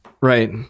Right